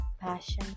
Passion